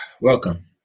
Welcome